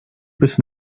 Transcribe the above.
bis